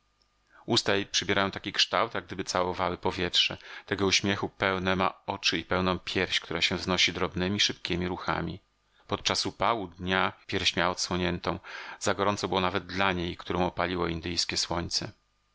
jej przybierają taki kształt jak gdyby całowały powietrze tego uśmiechu pełne ma oczy i pełną pierś która się wznosi drobnemi szybkiemi ruchami podczas upału dnia pierś miała odsłoniętą za gorąco było nawet dla niej którą opaliło indyjskie słońce